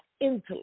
intellect